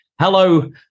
Hello